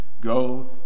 Go